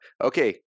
Okay